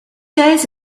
days